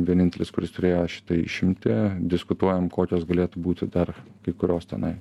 vienintelis kuris turėjo šitai išimti diskutuojam kokios galėtų būti dar kai kurios tenai